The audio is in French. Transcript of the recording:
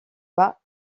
bas